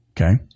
Okay